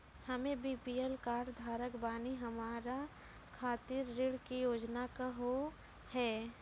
हम्मे BPL card धारक बानि हमारा खातिर ऋण के योजना का होव हेय?